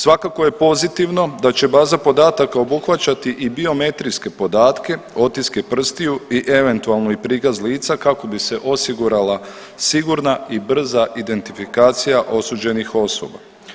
Svakako je pozitivno da će baza podataka obuhvaćati i biometrijske podatke, otiske prstiju i eventualno i prikaz lica kako bi se osigurala sigurna i brza identifikacija osuđenih osoba.